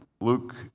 Luke